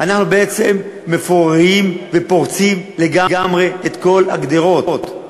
אנחנו בעצם מפוררים ופורצים לגמרי את כל הגדרות.